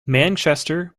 manchester